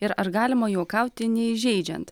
ir ar galima juokauti neįžeidžiant